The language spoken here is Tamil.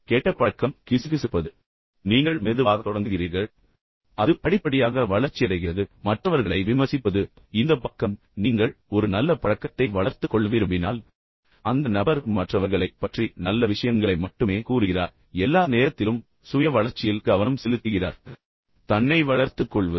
இப்போது கெட்ட பழக்கம் கிசுகிசுப்பது நீங்கள் மெதுவாக தொடங்குகிறீர்கள் பின்னர் அது படிப்படியாக வளர்ச்சியடைகிறது மற்றவர்களை விமர்சிப்பது இப்போது இந்த பக்கம் நீங்கள் ஒரு நல்ல பழக்கத்தை வளர்த்துக் கொள்ள விரும்பினால் அந்த நபர் மற்றவர்களைப் பற்றி நல்ல விஷயங்களை மட்டுமே கூறுகிறார் எல்லா நேரத்திலும் சுய வளர்ச்சியில் கவனம் செலுத்துகிறார் தன்னை வளர்த்துக் கொள்வது